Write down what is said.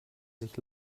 sich